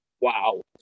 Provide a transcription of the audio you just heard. wow